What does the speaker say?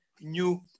new